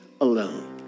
alone